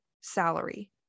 salary